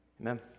amen